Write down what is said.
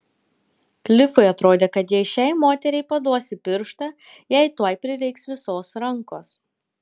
klifui atrodė kad jei šiai moteriai paduosi pirštą jai tuoj prireiks visos rankos